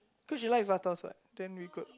cause you like Vatos what then we could